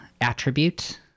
attribute